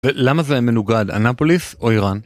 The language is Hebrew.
למה זה מנוגד? אנפוליס או איראן?